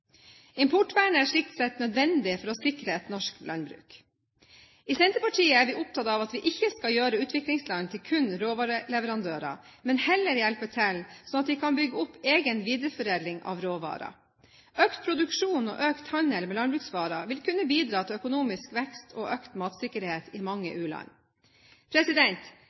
Importvernet er slik sett nødvendig for å sikre et norsk landbruk. I Senterpartiet er vi opptatt av at vi ikke skal gjøre utviklingsland til kun råvareleverandører, men heller hjelpe til slik at de kan bygge opp egen videreforedling av råvarer. Økt produksjon og økt handel med landbruksvarer vil kunne bidra til økonomisk vekst og økt matsikkerhet i mange